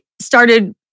started